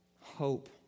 hope